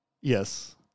yes